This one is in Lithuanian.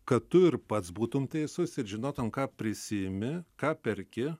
kad tu ir pats būtum teisus ir žinotum ką prisiimi ką perki